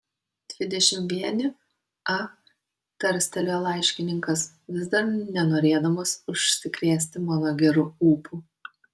dvidešimt vieni a tarstelėjo laiškininkas vis dar nenorėdamas užsikrėsti mano geru ūpu